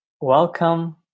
Welcome